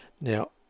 now